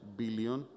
billion